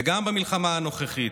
וגם במלחמה הנוכחית.